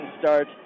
start